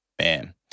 Man